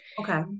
Okay